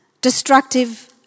destructive